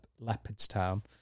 Leopardstown